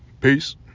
peace